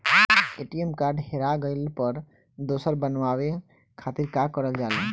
ATM card हेरा गइल पर दोसर बनवावे खातिर का करल जाला?